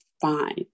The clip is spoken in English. fine